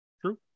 True